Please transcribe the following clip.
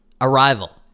Arrival